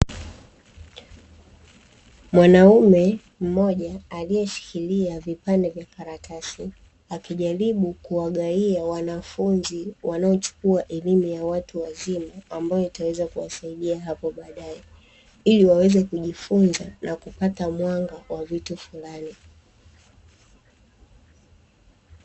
Mwanaume mmoja aliyeshikilia vipande vya karatasi akijaribu kuwagawia wanafunzi wanaochukua elimu ya watu wazima ambayo itaweza kuwasaidia hapo baadaye, ili waweze kujifunza na kupata mwanga wa vitu fulani.